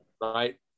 Right